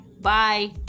bye